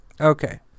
Okay